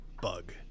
bug